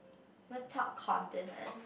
one top continent